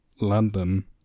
London